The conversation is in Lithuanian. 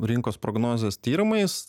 rinkos prognozės tyrimais